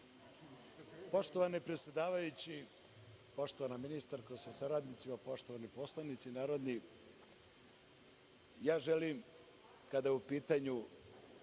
Poštovani predsedavajući, poštovana ministarko sa saradnicima, poštovani narodni poslanici, ja želim, kada je u pitanju